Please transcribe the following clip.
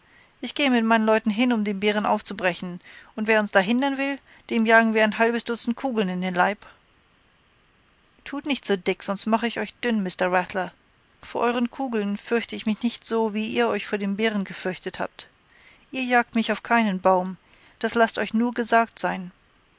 ich gehe mit meinen leuten hin um den bären aufzubrechen und wer uns da hindern will dem jagen wir ein halbes dutzend kugeln in den leib tut nicht so dick sonst mache ich euch dünn mr rattler vor euren kugeln fürchte ich mich nicht so wie ihr euch vor dem bären gefürchtet habt ihr jagt mich auf keinen baum das laßt euch nur gesagt sein